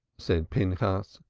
said pinchas,